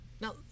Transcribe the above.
Now